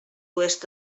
oest